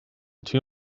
too